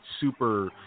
super